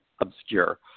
obscure